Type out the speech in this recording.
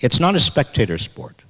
it's not a spectator sport